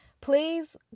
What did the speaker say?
please